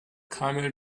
camel